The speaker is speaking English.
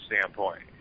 standpoint